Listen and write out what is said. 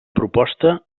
proposta